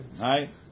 right